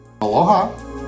Aloha